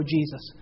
Jesus